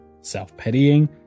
self-pitying